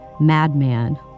madman